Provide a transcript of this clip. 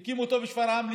הוא הקים אותה בשפרעם.